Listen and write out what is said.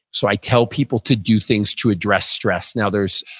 so i tell people to do things to address stress. now there's,